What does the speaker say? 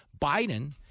Biden